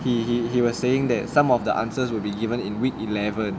he he he was saying that some of the answers will be given in week eleven